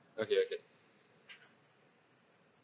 okay okay